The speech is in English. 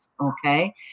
okay